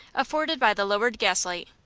afforded by the lowered gaslight,